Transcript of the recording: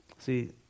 See